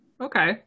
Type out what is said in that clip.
Okay